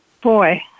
boy